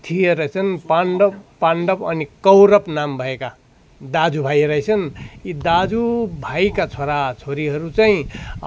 थिए रहेछन् पाण्डव पाण्डव अनि कौरव नाम भएका दाजुभाइ रहेछन् यी दाजुभाइका छोरा छोरीहरू चाहिँ